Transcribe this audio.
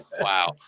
Wow